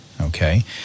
okay